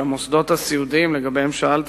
שהמוסדות הסיעודיים שלגביהם שאלת